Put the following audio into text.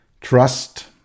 Trust